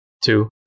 two